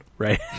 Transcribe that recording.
right